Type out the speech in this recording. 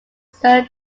sir